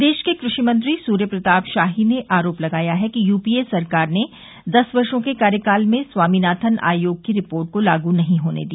प्रदेश के कृषि मंत्री सूर्य प्रताप शाही ने आरोप लगाया है कि यूपीए सरकार ने दस वर्षो के कार्यकाल में स्वामीनाथन आयोग की रिपोर्ट को लागू नहीं होने दिया